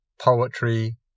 poetry